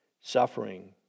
suffering